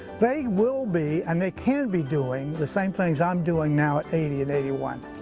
they will be and they can be doing the same things i'm doing now at eighty and eighty one.